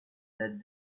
that